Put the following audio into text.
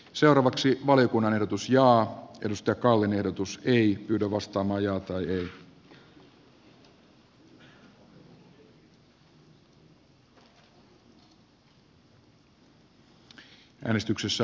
seuravaksi valiokunnan ehdotus ja kyvystä kallen ehdotus ei pyydä nyt käsitellään muutosehdotukset